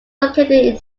located